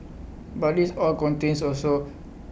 but this oil contains also